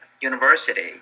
university